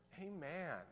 Amen